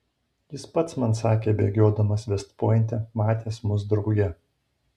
jis pats man sakė bėgiodamas vest pointe matęs mus drauge